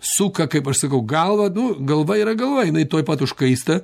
suka kaip aš sukau galvą nu galva yra galva jinai tuoj pat užkaista